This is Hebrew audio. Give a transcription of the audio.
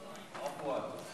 עפוואן.